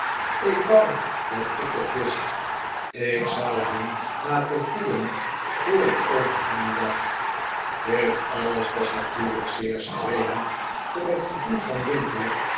ik wou dat ik het wist ik zou hem laten voelen hoe ik over hem daeht dit alles was natuurlijk zeer streelend voor het gevoel van winkle